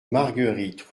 marguerite